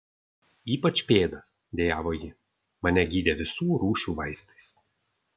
ypač pėdas dejavo ji mane gydė visų rūšių vaistais